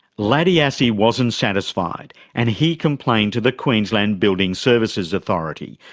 laddie assey wasn't satisfied and he complained to the queensland building services authority,